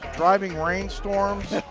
driving rain storms,